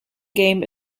game